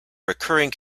recurring